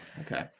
Okay